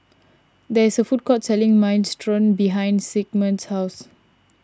there is a food court selling Minestrone behind Sigmund's house